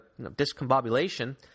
discombobulation